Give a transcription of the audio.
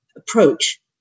approach